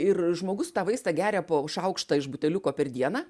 ir žmogus tą vaistą geria po šaukštą iš buteliuko per dieną